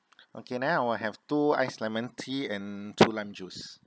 okay now I will have two ice lemon tea and two lime juice